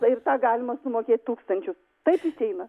ir tą galima sumokėt tūkstančius taip išeina